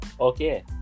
Okay